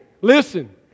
listen